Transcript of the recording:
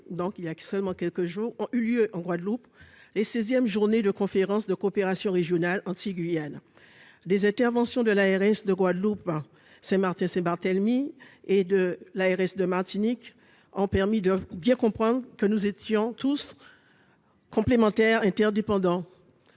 Donc il y a seulement quelques jours ont eu lieu en Guadeloupe, les 16ème journée de conférences de coopération régionale ainsi Guyenne. Des interventions de l'ARS de Guadeloupe, à Saint-Martin, c'est Barthélemy et de l'ARS de Martinique en permis de bien comprendre que nous étions tous. Complémentaires interdépendants.